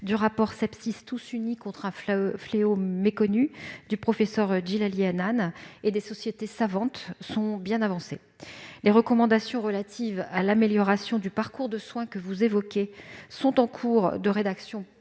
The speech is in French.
en place les préconisations du rapport du professeur Djillali Annane et des sociétés savantes sont bien avancés. Les recommandations relatives à l'amélioration du parcours de soins que vous évoquez sont en cours de rédaction